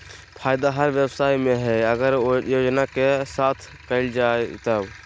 फायदा हर व्यवसाय में हइ अगर योजना के साथ कइल जाय तब